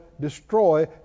destroy